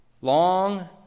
Long